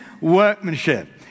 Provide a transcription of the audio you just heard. workmanship